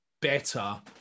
better